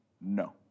no